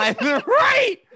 right